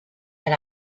had